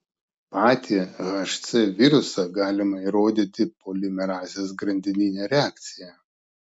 patį hc virusą galima įrodyti polimerazės grandinine reakcija